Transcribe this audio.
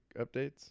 updates